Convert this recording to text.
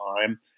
time